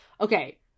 Okay